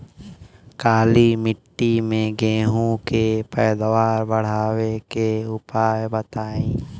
काली मिट्टी में गेहूँ के पैदावार बढ़ावे के उपाय बताई?